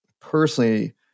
personally